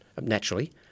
naturally